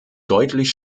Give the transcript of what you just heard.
deutlich